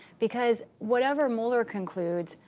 because whatever mueller concludes,